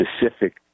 specific